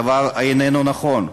הדבר איננו נכון,